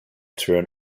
through